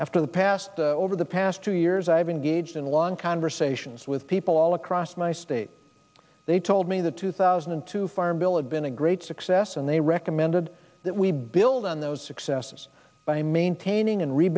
after the past over the past two years i've engaged in long conversations with people all across my state they told me the two thousand and two farm bill of been a great success and they recommended that we build on those successes by maintaining and re